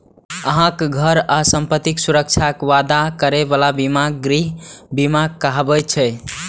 अहांक घर आ संपत्तिक सुरक्षाक वादा करै बला बीमा गृह बीमा कहाबै छै